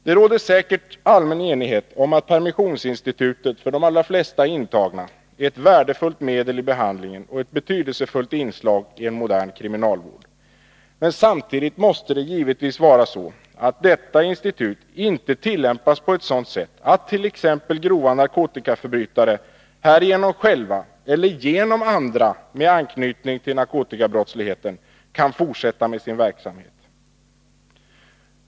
Det råder säkert allmän enighet om att permissionsinstitutet för de allra flesta intagna är ett värdefullt medel i behandlingen och ett betydelsefullt inslag i en modern kriminalvård. Samtidigt måste det givetvis vara så, att detta institut inte tillämpas på ett sådant sätt, att t.ex. grova narkotikaförbrytare härigenom själva eller genom andra med anknytning till narkotikabrottsligheten kan fortsätta med sin verksamhet.